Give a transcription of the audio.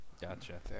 Gotcha